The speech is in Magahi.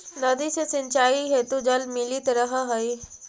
नदी से सिंचाई हेतु जल मिलित रहऽ हइ